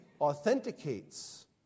authenticates